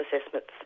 assessments